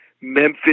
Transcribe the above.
Memphis